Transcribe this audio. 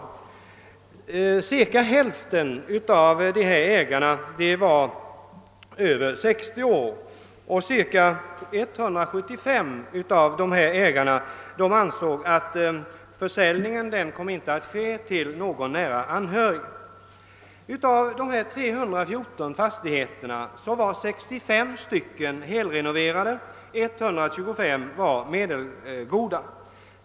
Ungefär hälften av ägarna till fastigheterna var över 60 år, och ca 175 av dem ansåg att försäljningen inte skulle komma att ske till någon nära anhörig. Av de 314 fastigheterna var 65 helrenoverade, medan 125 var medelgoda.